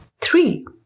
Three